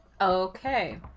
Okay